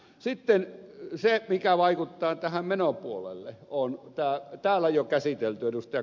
sitten se mikä vaikuttaa menopuolelle on täällä jo käsitelty ed